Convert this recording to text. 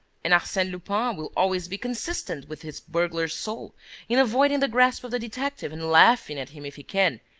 and arsene lupin will always be consistent with his burglar's soul in avoiding the grasp of the detective and laughing at him if he can.